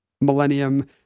millennium